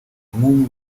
nk’umwe